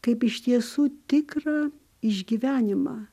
kaip iš tiesų tikrą išgyvenimą